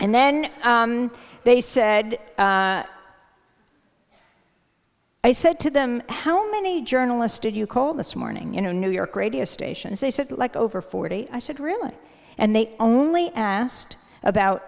and then they said i said to them how many journalists did you call this morning you know new york radio stations they said like over forty i said really and they only asked about